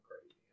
crazy